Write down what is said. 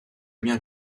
bien